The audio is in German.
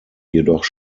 jedoch